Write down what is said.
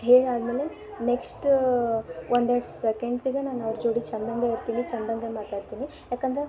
ಹೇಳಾದಮೇಲೆ next ಒಂದೆರಡು ಸೆಕೆಂಡ್ಸಿಗೆ ನಾನು ಅವ್ರ ಜೋಡಿ ಚಂದಂಗೆ ಇರ್ತೀನಿ ಚಂದಂಗೆ ಮಾತಾಡ್ತೀನಿ ಯಾಕಂದರೆ